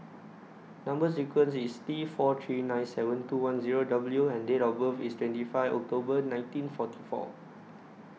Number sequence IS T four three nine seven two one Zero W and Date of birth IS twenty five October nineteen forty four